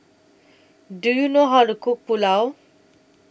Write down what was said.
Do YOU know How to Cook Pulao